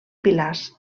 pilars